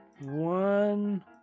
one